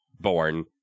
born